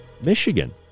Michigan